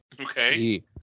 Okay